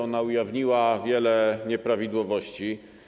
Ona ujawniła wiele nieprawidłowości.